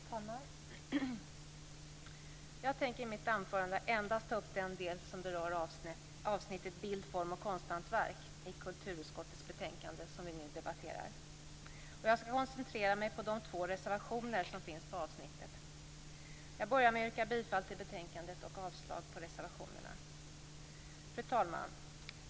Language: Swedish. Fru talman! Jag tänker i mitt anförande endast ta upp den del som berör avsnittet om bild, form och konsthantverk i kulturutskottets betänkande som vi nu debatterar. Jag skall koncentrera mig på de två reservationer som finns på avsnittet. Jag börjar med att yrka bifall till hemställan i betänkandet och avslag på reservationerna. Fru talman!